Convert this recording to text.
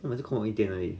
then 每次扣我一点而已